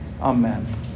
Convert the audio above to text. Amen